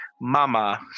Mama